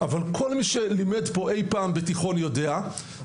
אבל כל מי שלימד פה אי פעם בתיכון יודע שמתמטיקה,